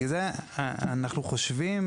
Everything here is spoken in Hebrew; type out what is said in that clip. לכן אנחנו חושבים,